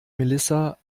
melissa